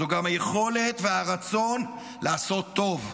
זה גם היכולת והרצון לעשות טוב.